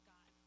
God